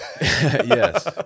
Yes